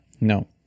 No